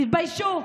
תתביישו.